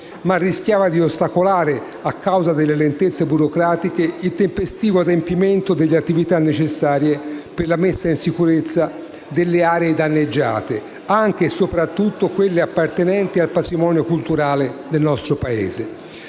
ma rischiava di ostacolare, a causa delle lentezze burocratiche, il tempestivo adempimento delle attività necessarie per la messa in sicurezza delle aree danneggiate, anche e soprattutto quelle appartenenti al patrimonio culturale del Paese.